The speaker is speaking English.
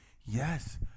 Yes